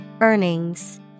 Earnings